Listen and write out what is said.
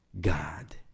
god